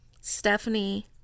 Stephanie